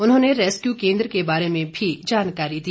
उन्होंने रेस्कयू केंद्र के बारे में भी जानकारी दी